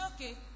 Okay